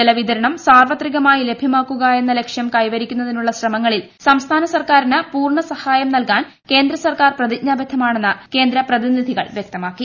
ജലവിതരണം സാർവത്ത്രിക്ക്മായി ലഭൃമാക്കുക എന്ന ലക്ഷ്യം കൈവരിക്കുന്നതിനുള്ള ശ്രമങ്ങളിൽ സംസ്ഥാന സർക്കാരിന് പൂർണ്ണ സഹായം നൽകാൻ ക്യേന്ദ്ര സർക്കാർ പ്രതിജ്ഞാബദ്ധമാണ് എന്ന് കേന്ദ്ര പ്രതിനിധികൾ പ്യക്തമാക്കി